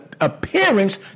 appearance